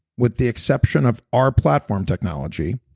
with the exception of our platform technology,